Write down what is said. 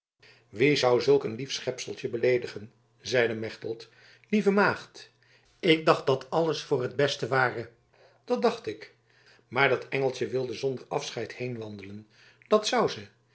wie zou zulk een lief schepseltje beleedigen zeide mechtelt lieve maagd ik dacht dat alles voor het beste ware dat dacht ik maar dat engeltje wilde zonder afscheid heen wandelen dat wou ze